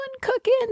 cooking